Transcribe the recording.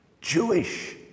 Jewish